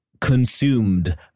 consumed